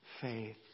faith